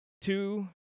two